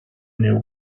new